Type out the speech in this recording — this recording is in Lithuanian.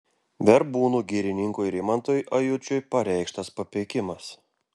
verbūnų girininkui rimantui ajučiui pareikštas papeikimas